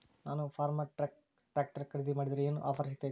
ನಾನು Farmtrac tractor ಖರೇದಿ ಮಾಡಿದ್ರೆ ಏನು ಆಫರ್ ಸಿಗ್ತೈತಿ?